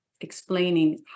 explaining